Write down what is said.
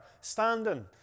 standing